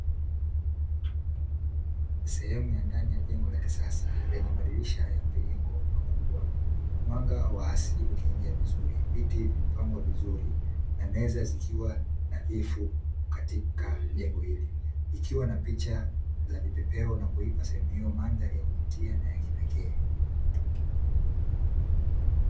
Sehemu ya ndani ya jengo la kisasa lenye madirisha ya mviringo makubwa, mwanga wa asili ukiingia vizuri, viti vimepangwa vizuri na meza zikiwa nadhifu katika jengo hili ikiwa na picha za vipepeo na kuipa sehemu hiyo mandhari ya kuvutia na ya kipekee .